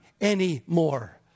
anymore